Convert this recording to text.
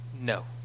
no